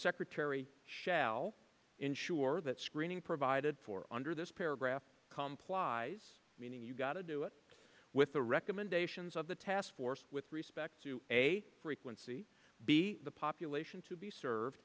secretary shall ensure that screening provided for under this paragraph complies meaning you gotta do it with the recommendations of the task force with respect to a frequency be the population to be served